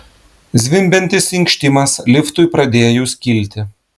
zvimbiantis inkštimas liftui pradėjus kilti